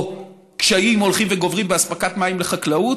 או קשיים הולכים וגוברים באספקת מים לחקלאות,